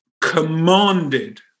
commanded